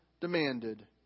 demanded